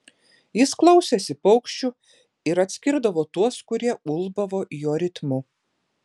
jis klausėsi paukščių ir atskirdavo tuos kurie ulbavo jo ritmu